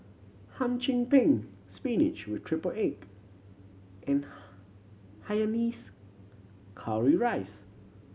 Hum Chim Peng spinach with triple egg and Hainanese curry rice